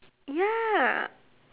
ya